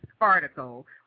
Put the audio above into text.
article